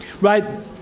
Right